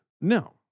No